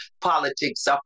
politics